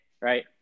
right